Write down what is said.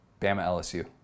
Bama-LSU